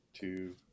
Two